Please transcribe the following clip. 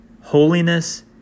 Holiness